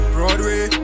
Broadway